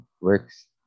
works